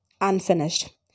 Unfinished